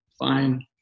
fine